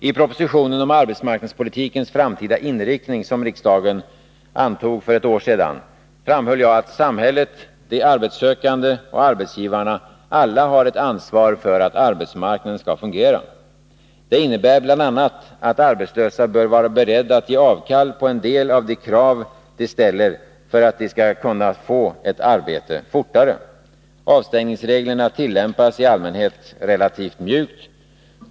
I propositionen om arbetsmarknadspolitikens framtida inriktning, som riksdagen antog för ett år sedan, framhöll jag att samhället, de arbetssökande och arbetsgivarna alla har ett ansvar för att arbetsmarknaden skall fungera. Det innebär bl.a. att arbetslösa bör vara beredda att ge avkall på en del av de krav de ställer för att de skall kunna få arbete fortare. Avstängningsreglerna tillämpas i allmänhet relativt mjukt.